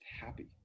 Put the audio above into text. happy